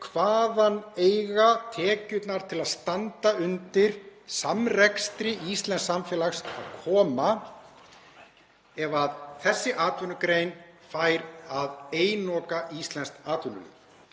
Hvaðan eiga tekjurnar til að standa undir samrekstri íslensks samfélags að koma ef þessi atvinnugrein fær að einoka íslenskt atvinnulíf?